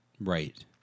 Right